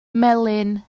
melyn